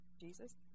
Jesus